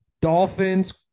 Dolphins